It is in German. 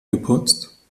geputzt